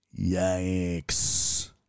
Yikes